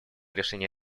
решения